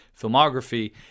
filmography